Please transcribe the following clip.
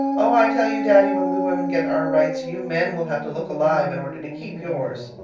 oh, i tell you, daddy, when we women get our rights, you men will have to look alive in order to keep yours.